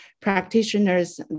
practitioners